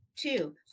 Two